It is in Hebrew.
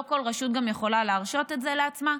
לא כל רשות גם יכולה להרשות את זה לעצמה.